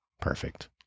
perfect